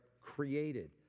created